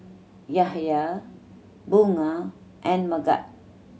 Yahaya Bunga and Megat